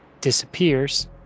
disappears